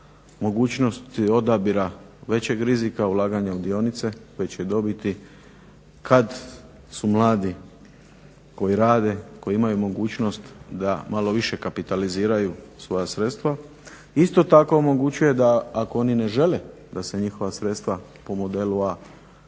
mogućnosti odabira većeg rizika ulaganja u dionice, veće dobiti kada su mladi koji rade, koji imaju mogućnost da malo više kapitaliziraju svoja sredstva. Isto tako omogućuje da ako oni ne žele da se njihova sredstva po modelu a ulažu